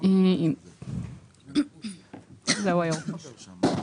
לאן שהוא רוצה מהשקל